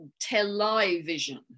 television